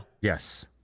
Yes